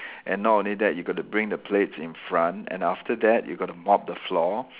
and not only that you got to bring the plates in front and after that you got to mop the floor